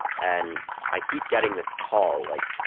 and i keep getting this call, like,